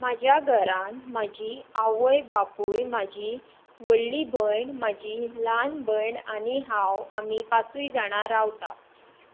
म्हज्या घरान म्हजी आवय बापूय म्हजी व्हडली भयण म्हजी ल्हान भयण आनी हांव आमी पांचूय जाणां रावता